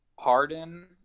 Harden